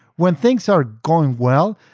when things are going well,